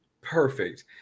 Perfect